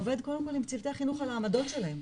עובד קודם כל עם צוותי החינוך על העמדות שלהם,